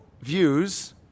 views